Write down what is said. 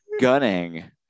gunning